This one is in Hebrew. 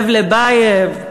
לב לבייב.